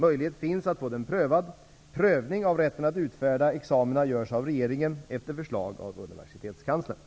Möjlighet finns att få den prövad. Prövning av rätten att utfärda examina görs av regeringen, efter förslag av universitetskanslern.